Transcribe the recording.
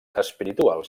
espirituals